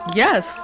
yes